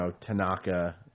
Tanaka